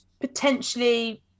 potentially